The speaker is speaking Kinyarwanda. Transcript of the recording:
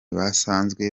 basanzwe